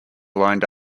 lined